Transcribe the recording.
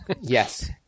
Yes